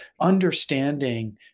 understanding